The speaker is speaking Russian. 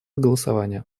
голосования